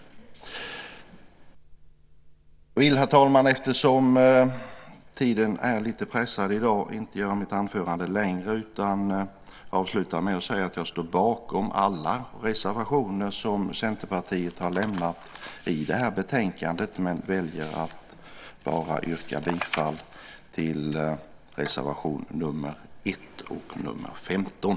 Herr talman! Eftersom tiden är lite pressad i dag vill jag inte göra mitt anförande längre, utan jag avslutar med att säga att jag står bakom alla reservationer som Centerpartiet har lämnat i det här betänkandet men väljer att yrka bifall bara till reservation nr 1 och nr 15.